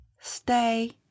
stay